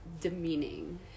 demeaning